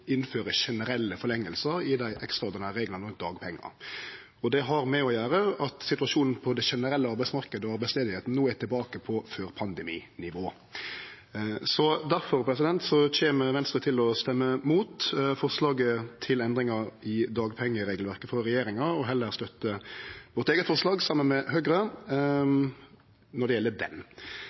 dei ekstraordinære reglane om dagpengar. Det har å gjere med at situasjonen på den generelle arbeidsmarknaden og arbeidsløysa no er tilbake på før-pandemi-nivå. Derfor kjem Venstre til å stemme mot forslaget til endringar i dagpengeregelverket frå regjeringa og heller støtte vårt eige forslag saman med Høgre, når det gjeld den.